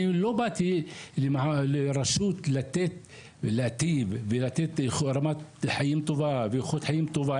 אני לא באתי לרשות להיטיב ולתת רמת חיים טובה ואיכות טובה,